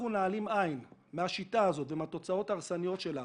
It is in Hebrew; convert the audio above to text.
נעלים עין מהשיטה הזאת ומהתוצאות ההרסניות שלה,